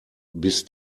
bis